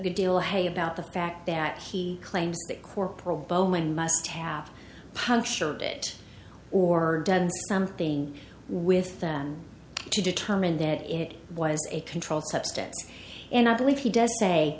a deal hey about the fact that he claims that corporal bowman must have punctured it or done something with them to determine that it was a controlled substance and i believe he does say